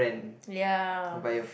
ya